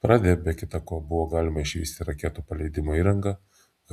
parade be kita ko buvo galima išvysti raketų paleidimo įrangą